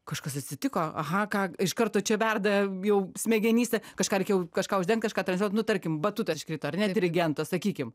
kažkas atsitiko aha ką iš karto čia verda jau smegenyse kažką reikia jau kažką kažką transliuot nu tarkim batuta iškrito ar ne dirigento sakykim